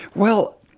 well,